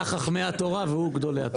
אתה חכמי התורה, והוא גדולי התורה.